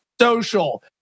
social